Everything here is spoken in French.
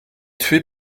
tuée